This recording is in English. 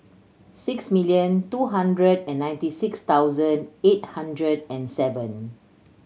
six million two hundred and ninety six thousand eight hundred and seven